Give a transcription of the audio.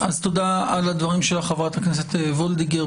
תודה, חברת הכנסת וולדיגר.